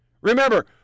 Remember